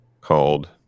called